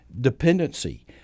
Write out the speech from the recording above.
dependency